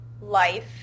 life